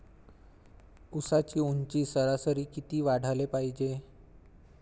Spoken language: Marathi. ऊसाची ऊंची सरासरी किती वाढाले पायजे?